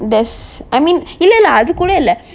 that's I mean இல்ல இல்ல அது கூட இல்ல:illa illa athu kooda illa